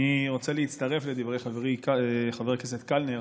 אני רוצה להצטרף לדברי חברי חבר הכנסת קלנר,